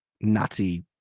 nazi